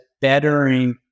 bettering